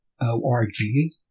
O-R-G